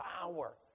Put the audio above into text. power